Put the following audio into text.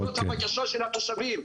זאת הבקשה של התושבים.